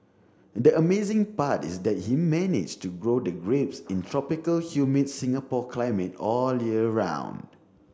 the amazing part is that he managed to grow the grapes in tropical humid Singapore climate all year round